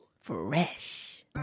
Fresh